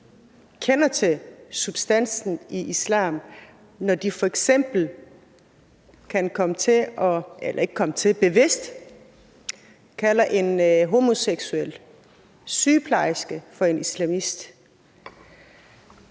kender til substansen i islam, når de f.eks. bevidst kalder en homoseksuel sygeplejerske for en islamist.